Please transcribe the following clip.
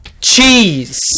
cheese